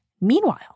Meanwhile